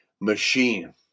machine